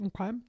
okay